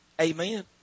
Amen